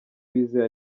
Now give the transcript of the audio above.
wizeye